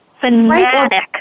fanatic